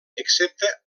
excepte